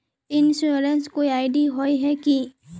Insurance कोई ID होय है की?